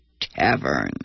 Tavern